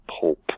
pulp